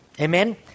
Amen